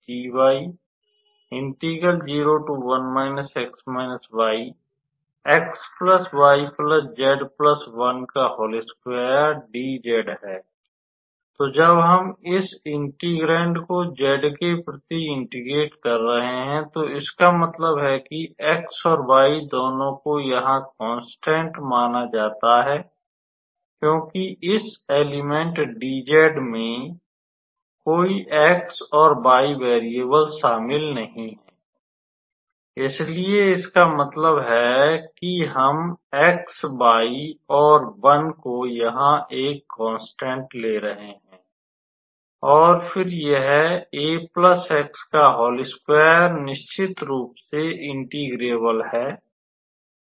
तो जब हम इस इंटेग्रेंड को z के प्रति इंटेग्रेट कर रहे हैं तो इसका मतलब है कि x और y दोनों को यहां कोंस्टेंट माना जाता है क्योंकि इस एलीमेंट dz में कोई x और y वेरियेबल शामिल नहीं है इसलिए इसका मतलब है कि हम x y और 1 को यहां एक कोंस्टेंट ले रहे हैं और फिर यह निश्चित रूप से इंटीग्रेबल है